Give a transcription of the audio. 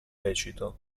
lecito